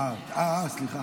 אה, אה, סליחה.